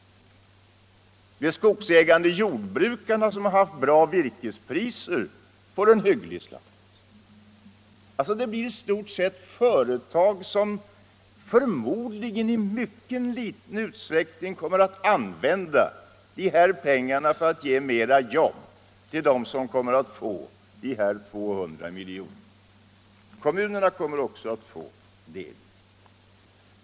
De skogsägande jordbrukarna, som haft goda virkespriser, får ett hyggligt belopp. Företag som förmodligen i mycket liten utsträckning kommer att använda de här pengarna för att ge mera jobb blir i stort sett de som kommer att få de 200 miljonerna. Kommunerna kommer också att få en del.